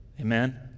Amen